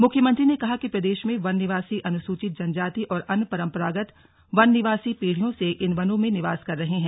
मुख्यमंत्री ने कहा कि प्रदेश में वन निवासी अनुसूचित जनजाति और अन्य परम्परागत वन निवासी पीढ़ियों से इन वनों में निवास कर रहे हैं